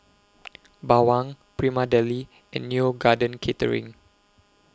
Bawang Prima Deli and Neo Garden Catering